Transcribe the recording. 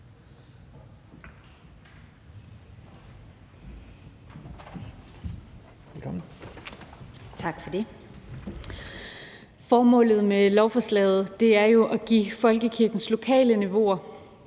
Formålet med lovforslaget er jo at give folkekirkens lokale niveauer,